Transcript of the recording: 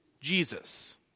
Jesus